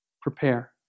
Prepare